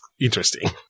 interesting